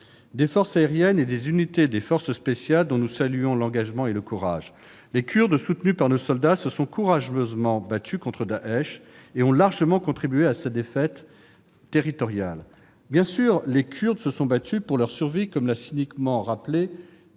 des forces aériennes et des unités des forces spéciales, dont nous saluons l'engagement et le courage. Les Kurdes, soutenus par nos soldats, se sont courageusement battus contre Daech et ont largement contribué à sa défaite territoriale. Bien sûr, les Kurdes se sont battus pour leur survie, comme l'a cyniquement rappelé